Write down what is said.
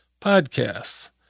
podcasts